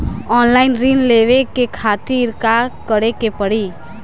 Online ऋण लेवे के खातिर का करे के पड़ी?